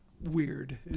weird